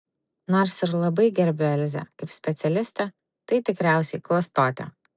nors ir labai gerbiu elzę kaip specialistę tai tikriausiai klastotė